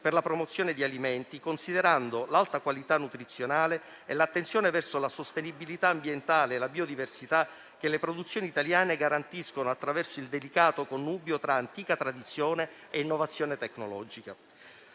per la promozione di alimenti, considerando l'alta qualità nutrizionale e l'attenzione verso la sostenibilità ambientale e la biodiversità che le produzioni italiane garantiscono attraverso il delicato connubio tra antica tradizione e innovazione tecnologica.